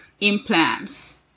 implants